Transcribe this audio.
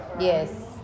Yes